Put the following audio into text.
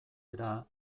era